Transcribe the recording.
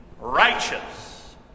righteous